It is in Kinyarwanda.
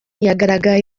yagaragaye